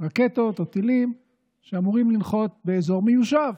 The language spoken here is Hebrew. רקטות או טילים שאמורים לנחות באזור מיושב.